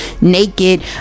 naked